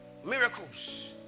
Miracles